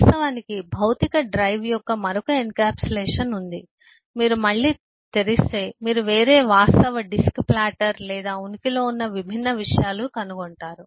వాస్తవానికి భౌతిక డ్రైవ్ యొక్క మరొక ఎన్క్యాప్సులేషన్ ఉంది మీరు మళ్ళీ తెరిస్తే మీరు వేరే వాస్తవ డిస్క్ ప్లాటర్ లేదా ఉనికిలో ఉన్న విభిన్న విషయాలను కనుగొంటారు